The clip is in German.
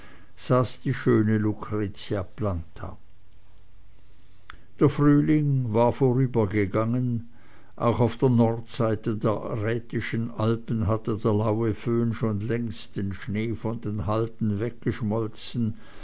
saß die schöne lucretia planta der frühling war vorübergegangen auch auf der nordseite der rätischen alpen hatte der laue föhn schon längst den schnee von den halden weggeschmolzen